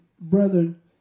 brethren